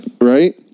Right